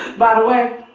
by the way,